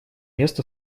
мест